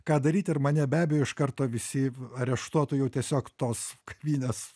ką daryt ir mane be abejo iš karto visi areštuotų jau tiesiog tos kavinės